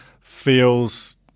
feels